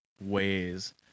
ways